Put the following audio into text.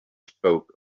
spoke